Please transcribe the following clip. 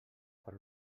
per